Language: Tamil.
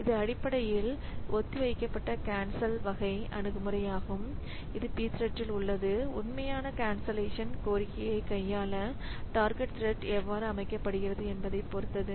இது அடிப்படையில் ஒத்திவைக்கப்பட்ட கேன்சல் வகை அணுகுமுறையாகும் இது Pthread இல் உள்ளது உண்மையான கன்சல்லேஷன் கோரிக்கையை கையாள டார்கெட் த்ரெட் எவ்வாறு அமைக்கப்படுகிறது என்பதைப் பொறுத்தது